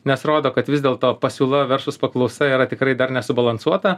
nes rodo kad vis dėl to pasiūla verslus paklausa yra tikrai dar nesubalansuota